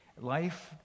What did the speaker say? Life